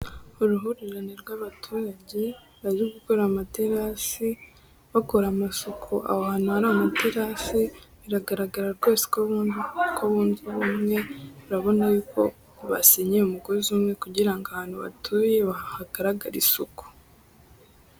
Uruhurirane rw'abaturage bari gukora amaterasi, bakora amasuku aho hantu hari amaterasi. Biragaragara rwose ko bunze ubumwe, urabona yuko basenyeye umugozi umwe kugira ngo ahantu batuye hagaragare isuku.